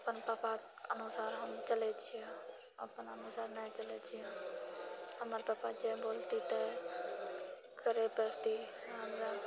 अपन पापाके अनुसार हम चलैत छियै अपन अनुसार नहि चलैत छियै हमर पपा जे बोलति तऽ करय पड़ति हमरा